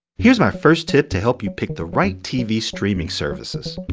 here's my first tip to help you pick the right tv streaming services.